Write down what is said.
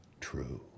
true